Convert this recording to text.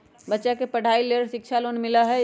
बच्चा के पढ़ाई के लेर शिक्षा लोन मिलहई?